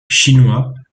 chinois